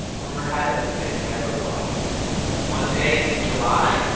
rumor had it they never lost one day in july,